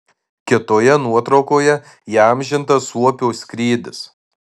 kitoje nuotraukoje įamžintas suopio skrydis